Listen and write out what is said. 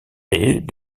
est